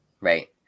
right